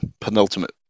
penultimate